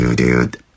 dude